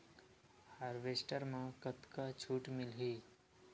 Harvester म कतका छूट मिलही?